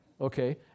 Okay